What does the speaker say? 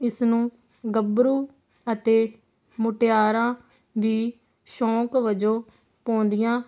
ਇਸ ਨੂੰ ਗੱਭਰੂ ਅਤੇ ਮੁਟਿਆਰਾਂ ਵੀ ਸ਼ੌਂਕ ਵਜੋਂ ਪਾਉਂਦੀਆਂ